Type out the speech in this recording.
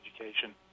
education